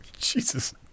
Jesus